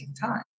time